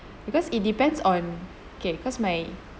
because it depends on okay cause my